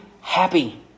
happy